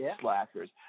slackers